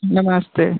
नमस्ते